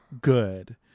good